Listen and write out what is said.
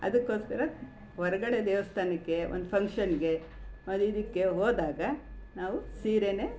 ಅದಕ್ಕೋಸ್ಕರ ಹೊರ್ಗಡೆ ದೇವಸ್ಥಾನಕ್ಕೆ ಒಂದು ಫಂಕ್ಷನ್ನಿಗೆ ಮತ್ತು ಇದಕ್ಕೆ ಹೋದಾಗ ನಾವು ಸೀರೆಯೇ